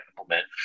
implement